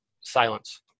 Silence